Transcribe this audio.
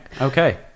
okay